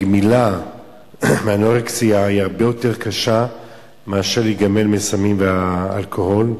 הגמילה מאנורקסיה היא הרבה יותר קשה מאשר הגמילה מסמים ואלכוהול.